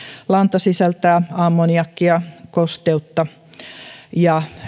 lanta sisältää ammoniakkia ja